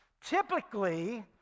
Typically